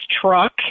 Truck